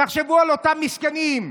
תחשבו על אותם מסכנים,